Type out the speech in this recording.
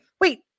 wait